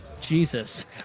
Jesus